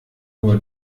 nur